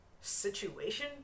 situation